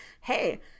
hey